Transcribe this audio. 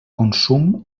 consum